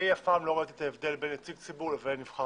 ואף פעם לא ראיתי את ההבדל בין נציג ציבור לבין נבחר